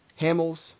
Hamels